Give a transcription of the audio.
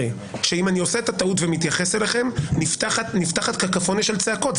אפשרי שאם אני עושה את הטעות ומתייחס אליכם נפתחת קקפוניה של צעקות,